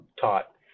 taught